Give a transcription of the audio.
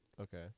Okay